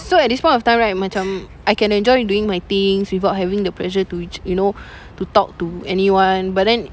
so at this point of time right macam I can enjoy doing my things without having the pressure to you know to talk to anyone but then